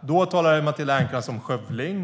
Då talade Stina Bergström om skövling.